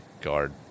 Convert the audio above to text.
Guard